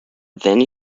then